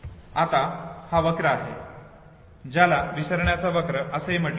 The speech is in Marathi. आता हा वक्र आहे ज्याला विसरण्याचा वक्र असे म्हटले जाते